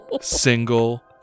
single